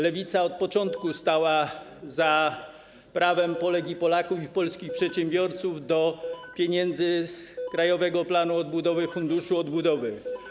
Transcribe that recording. Lewica od początku stała za prawem Polek, Polaków i polskich przedsiębiorców do pieniędzy z Krajowego Planu Odbudowy, Funduszu Odbudowy.